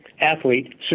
athlete